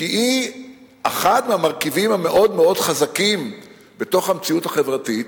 כי היא אחד המרכיבים המאוד-מאוד חזקים במציאות החברתית,